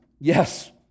Yes